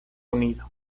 unido